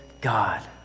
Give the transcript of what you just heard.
God